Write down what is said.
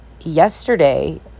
yesterday